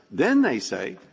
then they say,